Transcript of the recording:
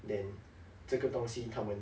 then 这个东西他们